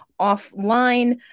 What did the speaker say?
offline